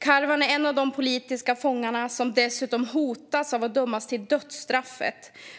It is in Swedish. Karwan är en av de politiska fångar som dessutom hotas av att dömas till dödsstraff